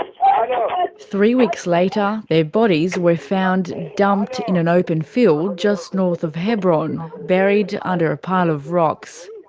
um three weeks later, their bodies were found dumped in an open field just north of hebron, buried under a pile of rocks.